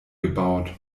gebaut